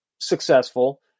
successful